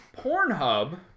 Pornhub